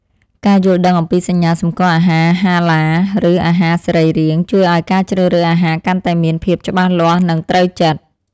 ការយល់ដឹងអំពីសញ្ញាសម្គាល់អាហារហាឡាលឬអាហារសរីរាង្គ ជួយឱ្យការជ្រើសរើសអាហារកាន់តែមានភាពច្បាស់លាស់និងត្រូវចិត្ត។